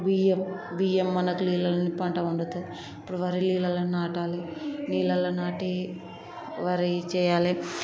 బియ్యం బియ్యం మనకి నీళ్ళల్లోనే పంట పండుతాయి ఇప్పుడు వరి నీళ్ళల్లో నాటాలి నీళ్ళల్లో నాటి వరి చెయ్యాలి